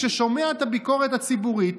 כששומע את הביקורת הציבורית,